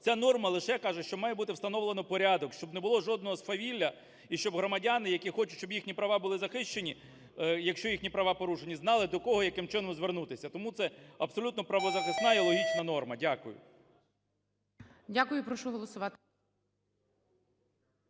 Ця норма лише каже, що має бути встановлено порядок, щоб не було жодного свавілля і щоб громадяни, які хочуть, щоб їхні права були захищені, якщо їхні права порушені, знали до кого і яким чином звернутися. Тому це абсолютно правозахисна і логічна норма. Дякую.